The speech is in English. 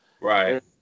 Right